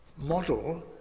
model